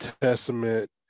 testament